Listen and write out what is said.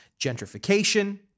gentrification